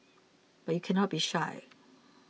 but you cannot be shy